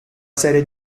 serie